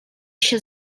się